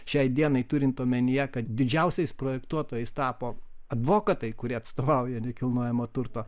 šiai dienai turint omenyje kad didžiausiais projektuotojais tapo advokatai kurie atstovauja nekilnojamo turto